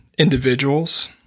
individuals